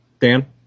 Dan